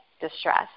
distress